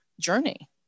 journey